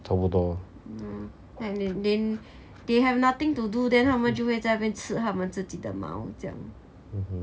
差不多 lor